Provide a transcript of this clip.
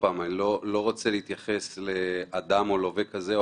אני לא רוצה להתייחס לאדם או ללווה כזה או